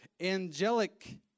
angelic